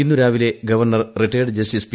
ഇന്ന് രാവിലെ governor retired justice P